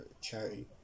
charity